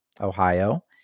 Ohio